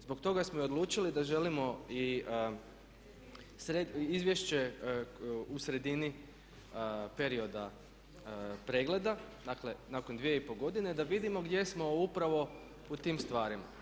Zbog toga smo i odlučili da želimo i izvješće u sredini perioda pregleda, dakle nakon 2,5 godine da vidimo gdje smo upravo u tim stvarima.